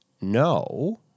no